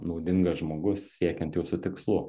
naudingas žmogus siekiant jūsų tikslų